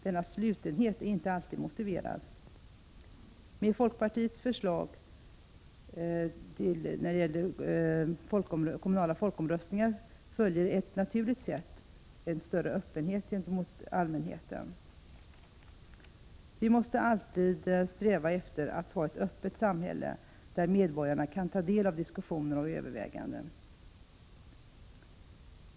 Denna slutenhet är inte alltid motiverad. Folkpartiets förslag när det gäller kommunala folkomröstningar medför på ett naturligt sätt en större öppenhet gentemot allmänheten. Vi måste alltid sträva efter att ha ett öppet samhälle där medborgarna kan ta del av diskussioner och överväganden.